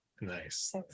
Nice